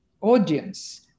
audience